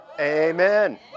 Amen